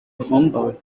homeboy